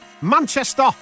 Manchester